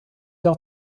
der